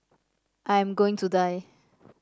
I am going to die